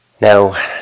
Now